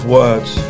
words